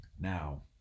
now